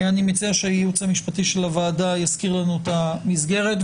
אני מציע שהייעוץ המשפטי של הוועדה יזכיר לנו את המסגרת,